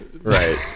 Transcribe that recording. Right